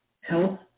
health